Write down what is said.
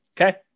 Okay